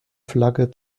flagge